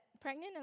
pregnant